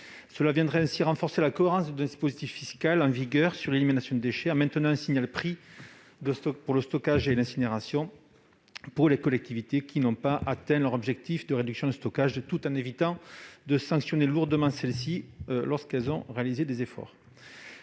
Cela renforcerait la cohérence du dispositif fiscal en vigueur sur l'élimination des déchets, en maintenant un signal prix fort sur le stockage et l'incinération pour les collectivités qui n'ont pas atteint leurs objectifs de réduction du stockage, tout en évitant de sanctionner lourdement les collectivités qui ont réalisé les efforts.